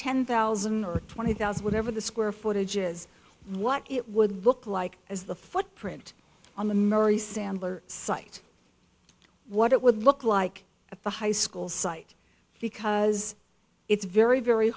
ten thousand or twenty thousand whatever the square footage is what it would look like as the footprint on the murray sandler site what it would look like at the high school site because it's very very